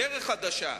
דרך חדשה,